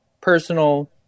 personal